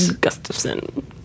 Gustafson